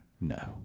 No